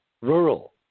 rural